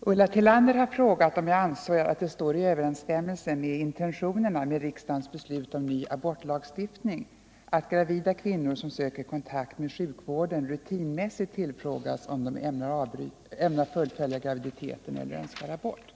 Ulla Tillander har frågat om jag anser att det står i överensstämmelse med intentionerna med riksdagens beslut om ny abortlagstiftning att gravida kvinnor som söker kontakt med sjukvården rutinmässigt tillfrågas om de ämnar fullfölja graviditeten eller önskar abort.